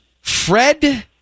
Fred